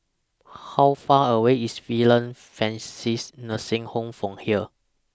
How Far away IS Villa Francis Nursing Home from here